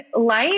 life